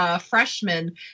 freshman